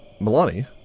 Milani